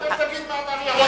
קודם תגיד מה אמר ירון,